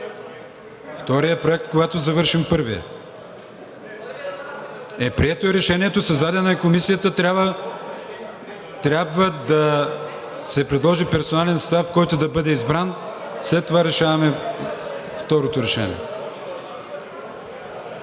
Вторият проект, когато завършим първия. (Шум и реплики.) Прието е Решението, създадена е Комисията. Трябва да се предложи персонален състав, който да бъде избран, след това решаваме второто решение.